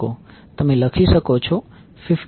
તમે લખી શકો છો 15I00